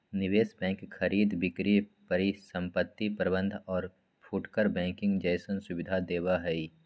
निवेश बैंक खरीद बिक्री परिसंपत्ति प्रबंध और फुटकर बैंकिंग जैसन सुविधा देवा हई